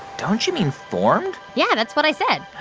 don't you mean formed? yeah, that's what i said.